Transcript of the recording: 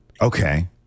Okay